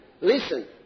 Listen